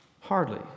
Hardly